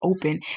open